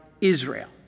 Israel